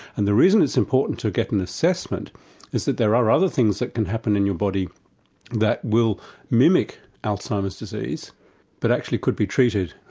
and the reason it's important to get an assessment is that there are other things that can happen in your body that will mimic alzheimer's disease that but actually could be treated.